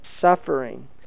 suffering